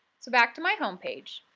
so back to my home page.